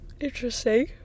Interesting